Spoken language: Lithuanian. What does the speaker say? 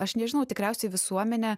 aš nežinau tikriausiai visuomenė